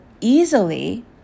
easily